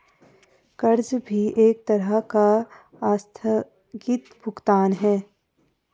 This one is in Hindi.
कर्ज भी एक तरह का आस्थगित भुगतान है